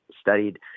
studied